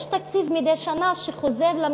יש תקציב מדי שנה שחוזר לממשלה,